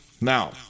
Now